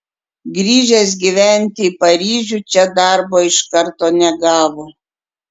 grįžęs gyventi į paryžių čia darbo iš karto negavo